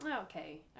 Okay